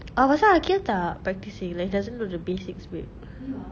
orh pasal aqil tak practising like he doesn't know the basics babe